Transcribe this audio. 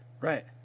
right